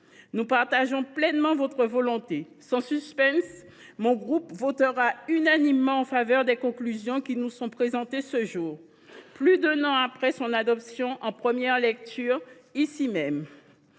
Nous partageons pleinement sa volonté. Sans suspense, mon groupe votera unanimement en faveur des conclusions qui nous sont présentées aujourd’hui, plus d’un an après l’adoption du texte en première lecture au Sénat.